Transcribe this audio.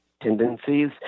tendencies